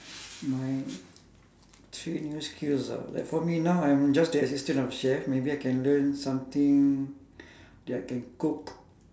my three new skills ah like for me now I'm just the assistant of chef maybe I can learn something that I can cook